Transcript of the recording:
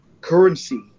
currency